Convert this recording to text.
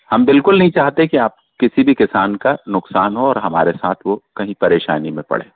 हम बिलकुल नहीं चाहते के आप किसी भी किसान का नुकसान हो और हमारे साथ वो कहीं परेशानी में पड़े